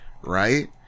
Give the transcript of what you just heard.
right